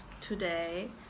today